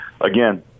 again